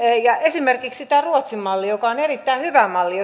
esimerkiksi tämä ruotsin malli on erittäin hyvä malli